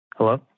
Hello